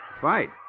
Fight